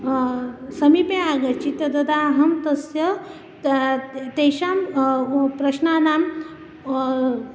समीपे आगच्छति तत् तदा अहं तस्य तेषां प्रश्नानां